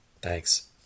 Thanks